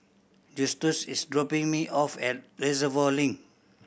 Justus is dropping me off at Reservoir Link